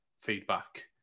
feedback